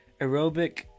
Aerobic